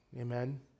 Amen